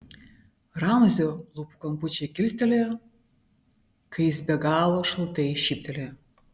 ramzio lūpų kampučiai kilstelėjo kai jis be galo šaltai šyptelėjo